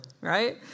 right